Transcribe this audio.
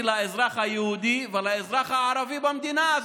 לאזרח היהודי ולאזרח הערבי במדינה הזאת.